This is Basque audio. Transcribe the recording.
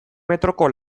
metroko